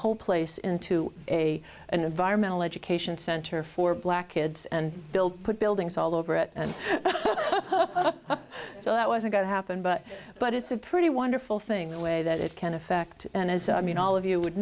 whole place into a an environmental education center for black kids and build put buildings all over it and so that wasn't going to happen but but it's a pretty wonderful thing the way that it can effect and as i mean all of you would